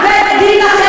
תרחיבי את זה לשרעיים.